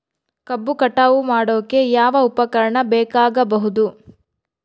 ಕಬ್ಬು ಕಟಾವು ಮಾಡೋಕೆ ಯಾವ ಉಪಕರಣ ಬೇಕಾಗಬಹುದು?